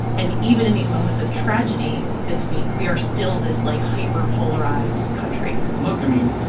and even in these moments of tragedy this week, we are still this, like, hyperpolarized country look. i mean,